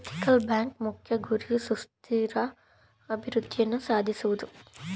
ethical ಬ್ಯಾಂಕ್ನ ಮುಖ್ಯ ಗುರಿ ಸುಸ್ಥಿರ ಅಭಿವೃದ್ಧಿಯನ್ನು ಸಾಧಿಸುವುದು